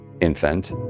infant